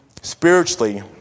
spiritually